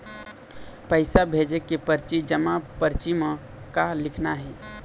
पैसा भेजे के परची जमा परची म का लिखना हे?